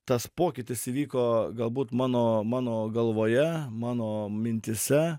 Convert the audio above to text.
tas pokytis įvyko galbūt mano mano galvoje mano mintyse